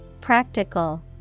Practical